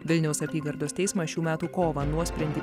vilniaus apygardos teismas šių metų kovą nuosprendį